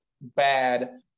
bad